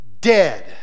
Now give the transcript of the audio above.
dead